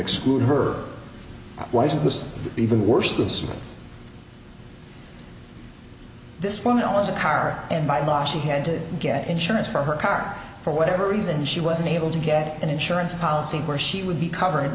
exclude her was it was even worse than suing this woman has a car and by law she had to get insurance for her car for whatever reason she wasn't able to get an insurance policy where she would be cover